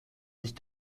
sich